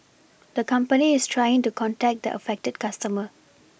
the company is trying to contact the affected customer